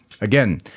Again